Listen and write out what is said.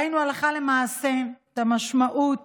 ראינו הלכה למעשה את המשמעות